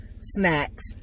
snacks